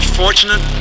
fortunate